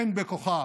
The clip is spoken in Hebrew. אין בכוחה